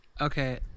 Okay